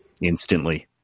instantly